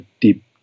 deep